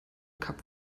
kap